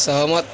सहमत